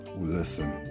listen